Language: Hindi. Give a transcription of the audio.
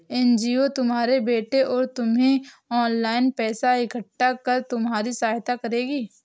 एन.जी.ओ तुम्हारे बेटे और तुम्हें ऑनलाइन पैसा इकट्ठा कर तुम्हारी सहायता करेगी